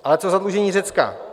Ale co zadlužení Řecka?